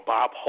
Bob